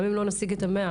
גם אם לא נשיג את ה-100%,